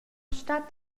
stat